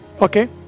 Okay